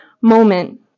moment